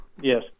Yes